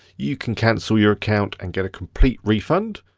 you can cancel your account and get a complete refund.